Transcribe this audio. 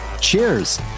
cheers